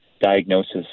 diagnosis